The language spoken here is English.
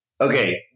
Okay